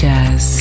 Jazz